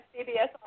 CBS